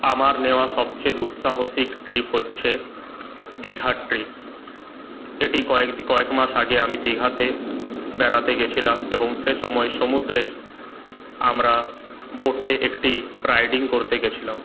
আমার নেওয়া সবচেয়ে দুঃসাহসীক ট্রিপ হচ্ছে দীঘার ট্রিপ এটি কয়েক কয়েক মাস আগে আমি দীঘাতে বেড়াতে গেছিলাম এবং সে সময় সমুদ্রে আমরা বোটে একটি রাইডিং করতে গেছিলাম